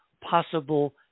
Possible